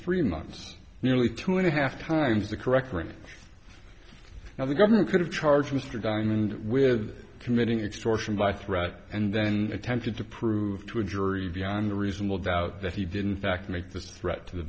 three months nearly two and a half times the correct rank now the government could have charged mr diamond with committing extortion by threat and then attempted to prove to a jury beyond a reasonable doubt that he didn't fact make this threat to the